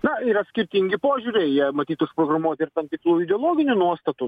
na yra skirtingi požiūriai jie matyt užprogramuoti ir tam tikrų ideologinių nuostatų